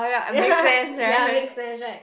ya ya makes sense right